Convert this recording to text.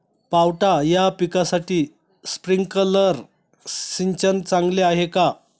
पावटा या पिकासाठी स्प्रिंकलर सिंचन चांगले आहे का?